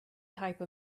type